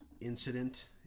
incident